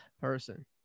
person